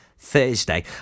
Thursday